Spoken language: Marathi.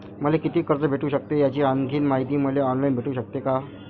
मले कितीक कर्ज भेटू सकते, याची आणखीन मायती मले ऑनलाईन भेटू सकते का?